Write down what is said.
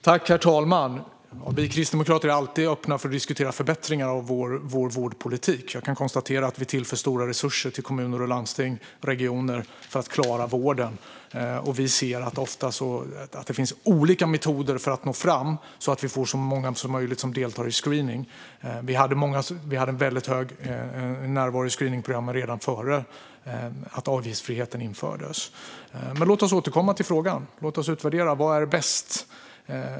Herr talman! Vi kristdemokrater är alltid öppna för att diskutera förbättringar av vår vårdpolitik. Jag kan konstatera att vi tillför stora resurser till kommuner, landsting och regioner för att klara vården. Vi ser att det finns olika metoder för att nå fram så att vi får så många som möjligt som deltar i screening. Det var hög närvaro i screeningprogrammen redan innan avgiftsfriheten infördes. Men låt oss återkomma till frågan, och låt oss utvärdera vad som är bäst.